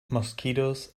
mosquitoes